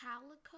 calico